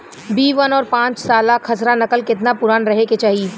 B one और पांचसाला खसरा नकल केतना पुरान रहे के चाहीं?